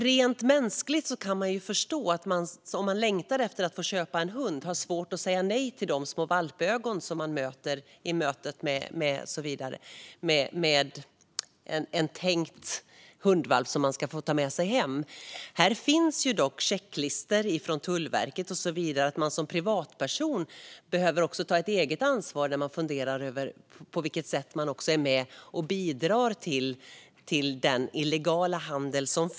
Rent mänskligt går det ju att förstå att den som längtar efter att få köpa en hund har svårt att säga nej till de små valpögon som man möter när man tänker sig att få ta med sig en hundvalp hem. Men som privatperson behöver man ta eget ansvar och fundera över på vilket sätt man skulle kunna vara med och bidra till den illegala handel som sker.